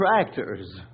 tractors